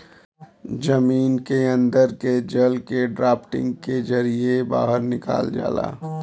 जमीन के अन्दर के जल के ड्राफ्टिंग के जरिये बाहर निकाल जाला